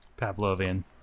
pavlovian